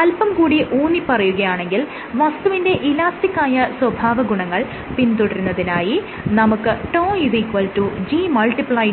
അല്പം കൂടി ഊന്നിപ്പറയുകയാണെങ്കിൽ വസ്തുവിന്റെ ഇലാസ്റ്റിക് ആയ സ്വഭാവ ഗുണങ്ങൾ പിന്തുടരുന്നതിനായി നമുക്ക് τ